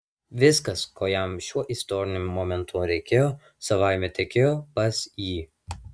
viskas ko jam šiuo istoriniu momentu reikėjo savaime tekėjo pas jį